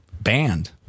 banned